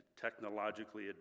technologically